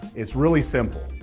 it's really simple.